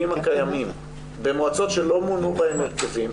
הקיימים במועצות שלא מונו בהן הרכבים,